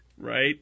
right